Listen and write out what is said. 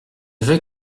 veux